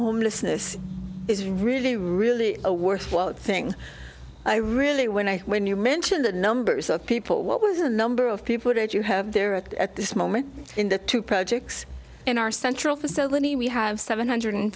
homelessness is really really a worthwhile thing i really when i when you mentioned the numbers of people what was the number of people that you have there at at this moment in the two projects in our central facility we have seven hundred